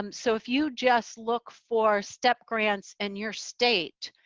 um so if you just look for step grants in your state,